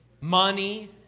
money